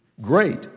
great